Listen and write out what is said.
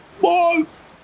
Boss